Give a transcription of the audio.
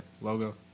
Logo